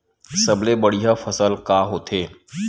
सबले बढ़िया फसल का होथे?